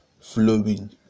flowing